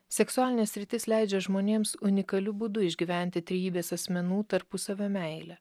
seksualinė sritis leidžia žmonėms unikaliu būdu išgyventi trejybės asmenų tarpusavio meilę